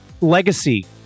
legacy